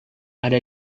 ada